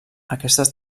aquestes